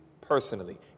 personally